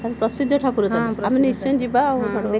ପ୍ରସିଦ୍ଧ ଠାକୁର ତାହେଲେ ଆପଣ ନିଶ୍ଚୟ ଯିବେ ଆଉ